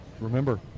Remember